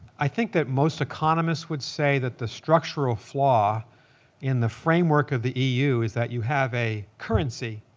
i think that most economists would say that the structural flaw in the framework of the eu is that you have a currency